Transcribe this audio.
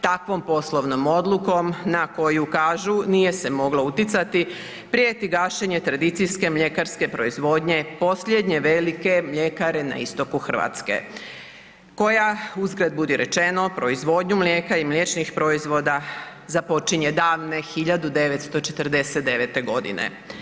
Takvom poslovnom odlukom na koju kažu nije se moglo uticati prijeti gašenje tradicijske mljekarske proizvodnje posljednje velike mljekare na istoku Hrvatske koja uzgred budi rečeno proizvodnju mlijeka i mliječnih proizvoda započinje davne 1949. godine.